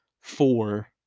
four